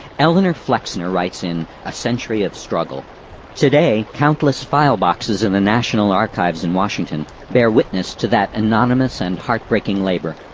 eleanor flexner writes in a century of struggle today, countless file boxes in the national archives in washington bear witness to that anonymous and heart-breaking labor.